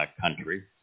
country